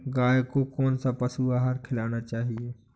गाय को कौन सा पशु आहार खिलाना चाहिए?